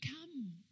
come